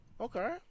Okay